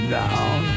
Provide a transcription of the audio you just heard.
down